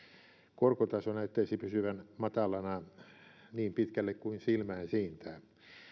korkotaso näyttäisi pysyvän matalana niin pitkälle kuin silmään siintää